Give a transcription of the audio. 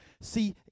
See